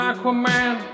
Aquaman